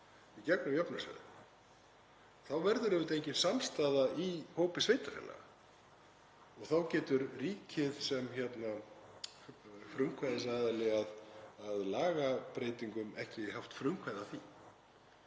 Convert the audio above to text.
í gegnum jöfnunarsjóðinn. Þá verður auðvitað engin samstaða í hópi sveitarfélaga. Þá getur ríkið sem frumkvæðisaðili að lagabreytingum ekki haft frumkvæði að því.